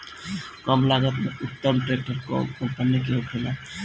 कम लागत में उत्तम ट्रैक्टर कउन कम्पनी के होखेला?